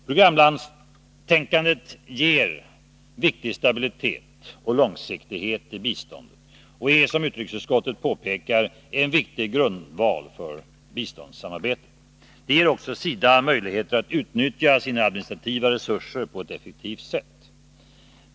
Programlandstänkandet ger viktig stabilitet och långsiktighet i biståndet och är som utrikesutskottet påpekar en viktig grundval för biståndssamarbetet. Det ger också SIDA möjligheter att utnyttja sina administrativa resurser på ett effektivt sätt.